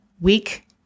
week